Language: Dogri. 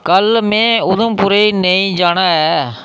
कल में उधमपुरै ई नेईं जाना ऐ